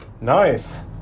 Nice